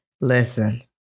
Listen